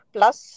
Plus